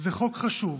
זה חוק חשוב,